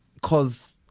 cause